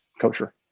kosher